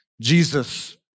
Jesus